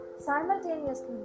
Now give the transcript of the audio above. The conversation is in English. simultaneously